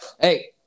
hey